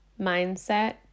mindset